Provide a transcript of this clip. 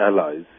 allies